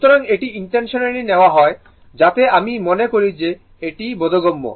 সুতরাং এটি ইচ্ছাকৃতভাবে নেওয়া হয় যাতে আমি মনে করি যে এটি বোধগম্য